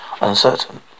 uncertain